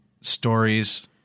stories